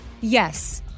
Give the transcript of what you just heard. Yes